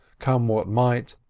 come what might,